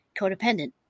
codependent